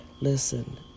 Listen